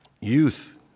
Youth